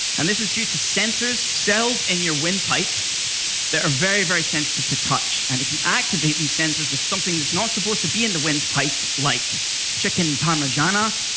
and this is due to sensors, cells in your windpipe that are very, very sensitive to touch, and if you activate these sensors with something that's not supposed to be in the windpipe, like chicken parmigiana